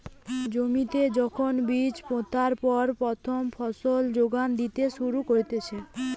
জমিতে যখন বীজ পোতার পর প্রথম ফসল যোগান দিতে শুরু করতিছে